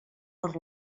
per